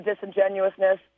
disingenuousness